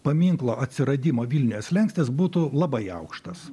paminklo atsiradimo vilniuje slenkstis būtų labai aukštas